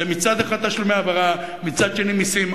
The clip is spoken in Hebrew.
זה מצד אחד תשלומי העברה ומצד שני מסים.